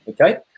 okay